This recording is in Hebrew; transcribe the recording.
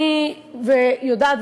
אני יודעת,